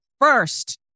first